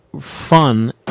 fun